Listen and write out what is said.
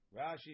Rashi